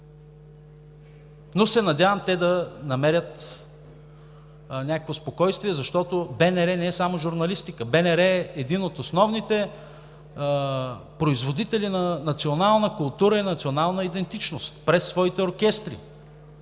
но се надявам те да намерят някакво спокойствие. Защото БНР не е само журналистика, БНР е един от основните производители на национална култура и на национална идентичност чрез своите оркестри,